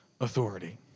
authority